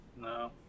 No